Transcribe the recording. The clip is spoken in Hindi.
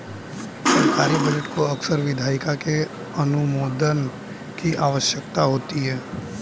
सरकारी बजट को अक्सर विधायिका के अनुमोदन की आवश्यकता होती है